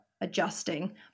adjusting